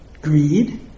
greed